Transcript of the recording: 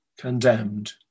condemned